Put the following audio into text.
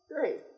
great